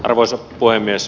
arvoisa puhemies